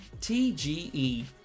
T-G-E